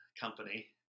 Company